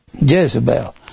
Jezebel